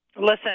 Listen